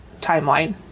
Timeline